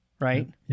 right